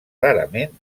rarament